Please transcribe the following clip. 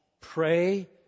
pray